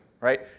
Right